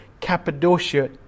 Cappadocia